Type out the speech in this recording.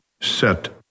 set